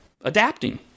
adapting